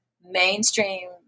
mainstream